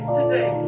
today